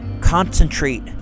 concentrate